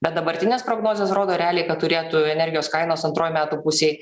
bet dabartinės prognozės rodo realiai kad turėtų energijos kainos antroj metų pusėj